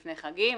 לפני חגים,